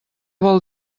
vol